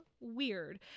weird